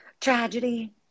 Tragedy